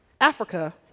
Africa